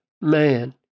man